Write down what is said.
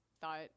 thought